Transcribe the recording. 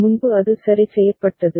முன்பு அது சரி செய்யப்பட்டது